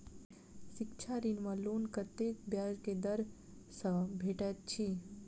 शिक्षा ऋण वा लोन कतेक ब्याज केँ दर सँ भेटैत अछि?